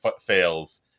fails